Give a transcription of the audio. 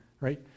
right